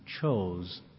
chose